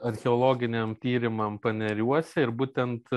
archeologiniam tyrimam paneriuose ir būtent